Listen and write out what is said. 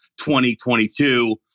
2022